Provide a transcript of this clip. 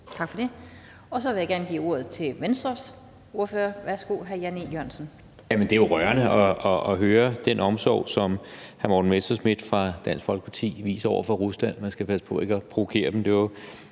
Tak for det. Og så vil jeg gerne give ordet til hr. Jan E. Jørgensen fra Venstre. Værsgo. Kl. 16:05 Jan E. Jørgensen (V): Jamen det er jo rørende at høre den omsorg, som hr. Morten Messerschmidt fra Dansk Folkeparti viser over for Rusland; man skal passe på ikke at provokere dem.